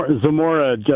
Zamora